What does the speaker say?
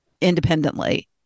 independently